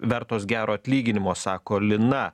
vertos gero atlyginimo sako lina